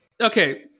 okay